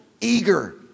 eager